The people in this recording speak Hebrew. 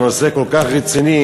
הנושא כל כך רציני,